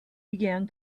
began